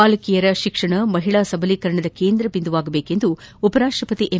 ಬಾಲಕಿಯರ ಶಿಕ್ಷಣ ಮಹಿಳಾ ಸಬಲೀಕರಣದ ಕೇಂದ್ರ ಬಿಂದುವಾಗದೇಕು ಎಂದು ಉಪರಾಷ್ಷಪತಿ ಎಂ